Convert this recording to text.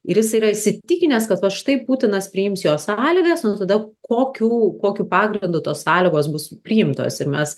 ir jis yra įsitikinęs kad va štai putinas priims jo sąlygas tada kokiu kokiu pagrindu tos sąlygos bus priimtos ir mes